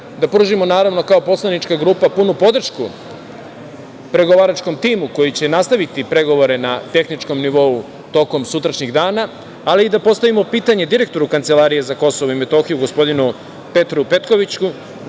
da pružimo, naravno, kao poslanička grupa punu podršku pregovaračkom timu koji će nastaviti pregovore na tehničkom nivou tokom sutrašnjeg dana, ali i da postavimo pitanje direktoru Kancelarije za KiM, gospodinu Petru Petkoviću,